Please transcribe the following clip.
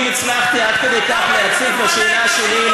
אם הצלחתי עד כדי כך להציק בשאלה שלי,